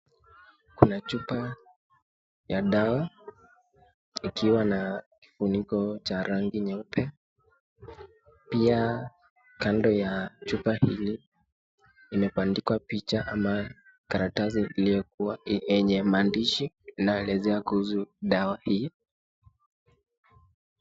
Kuna chupa ya dawa ikiwa na kifuniko cha rangi nyeupe. Pia, kando ya chupa hili imebandikwa picha ama karatasi iliyokuwa yenye maandishi inayoelezea kuhusu dawa hii.